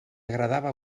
agradava